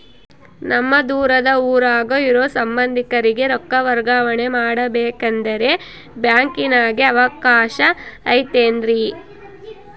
ನಮ್ಮ ದೂರದ ಊರಾಗ ಇರೋ ಸಂಬಂಧಿಕರಿಗೆ ರೊಕ್ಕ ವರ್ಗಾವಣೆ ಮಾಡಬೇಕೆಂದರೆ ಬ್ಯಾಂಕಿನಾಗೆ ಅವಕಾಶ ಐತೇನ್ರಿ?